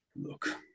Look